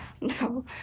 No